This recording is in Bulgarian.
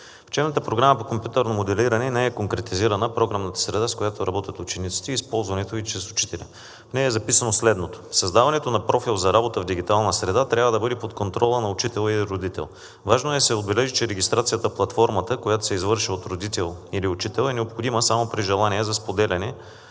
учебната програма по компютърно моделиране не е конкретизирана програмната среда, с която работят учениците, и използването ѝ чрез учителя. В нея е записано следното: „Създаването на профил за работа в дигитална среда трябва да бъде под контрола на учител или родител. Важно е да се отбележи, че регистрацията „Платформата“, която се извърши от родител или учител, е необходима само при желание за споделяне